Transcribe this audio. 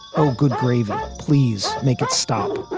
oh, good gravy. please make it stop